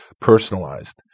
personalized